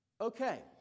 Okay